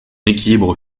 équilibre